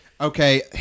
Okay